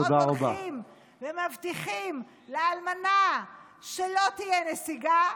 ועוד הולכים ומבטיחים לאלמנה שלא תהיה נסיגה,